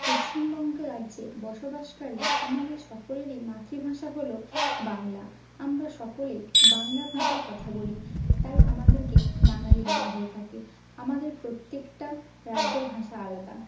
পশ্চিমবঙ্গ রাজ্যে বসবাসকারী আমাদের সকলেরই মাতৃভাষা হল বাংলা আমরা সকলেই বাংলা ভাষায় কথা বলি তাই আমাদেরকে বাঙালি বলা হয়ে থাকে আমাদের প্রত্যেকটা রাজ্যের ভাষা আলাদা